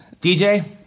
DJ